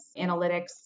analytics